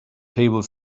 table